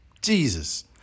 Jesus